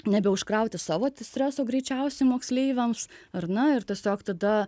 nebeužkrauti savo streso greičiausiai moksleiviams ar na ir tiesiog tada